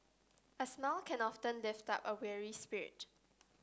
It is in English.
a smile can often lift up a weary spirit